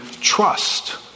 trust